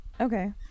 Okay